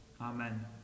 Amen